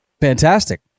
Fantastic